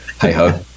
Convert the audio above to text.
hey-ho